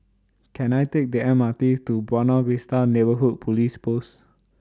Can I Take The M R T to Buona Vista Neighbourhood Police Post